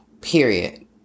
Period